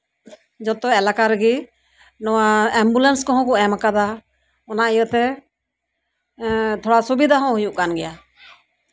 ᱡᱚᱛᱚ ᱮᱞᱟᱠᱟ ᱨᱮᱜᱮ ᱱᱚᱣᱟ ᱮᱢᱵᱩᱞᱮᱱᱥ ᱠᱚᱦᱚᱸ ᱠᱚ ᱮᱢ ᱠᱟᱫᱟ ᱚᱱᱟ ᱤᱭᱟᱹᱛᱮ ᱛᱷᱚᱲᱟ ᱥᱩᱵᱤᱫᱷᱟ ᱦᱚᱸ ᱦᱩᱭᱩᱜ ᱠᱟᱱ ᱜᱮᱭᱟ